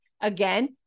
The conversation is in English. Again